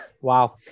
Wow